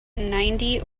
ninety